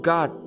God